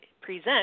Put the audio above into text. present